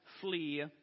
flee